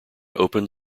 open